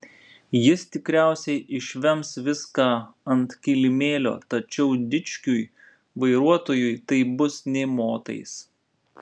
jis tikriausiai išvems viską ant kilimėlio tačiau dičkiui vairuotojui tai bus nė motais